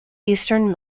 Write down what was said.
eastern